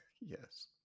Yes